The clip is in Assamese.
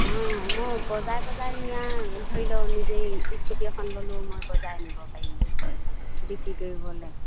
অঁ মই বজাৰে বজাৰে নিয়া ধৰি লওক নিজেই স্কুটি এখন ল'লোঁ মই বজাৰলৈ নিব পাৰিম বিক্ৰী কৰিবলৈ